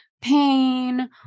pain